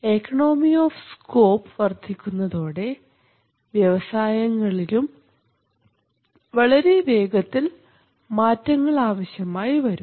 economy of scope വർധിക്കുന്നതോടെ വ്യവസായങ്ങളിലും വളരെ വേഗത്തിൽ മാറ്റങ്ങൾ ആവശ്യമായിവരും